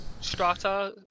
Strata